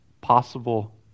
possible